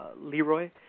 Leroy